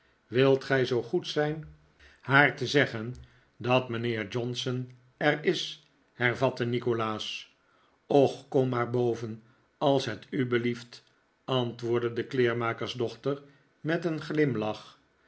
wilt gij zoo goed zijn haar te zeggen dat mijnheer johnson er is hervatte nikolaas kom maar boven als het u belieft antwoordde de kleermakersdochter met een glimlach